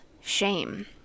shame